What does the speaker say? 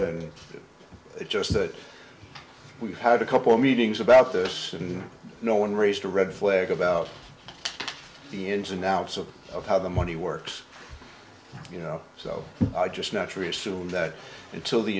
just that we've had a couple of meetings about this and no one raised a red flag about the ins and outs of of how the money works you know so i just naturally assumed that until the